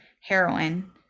heroin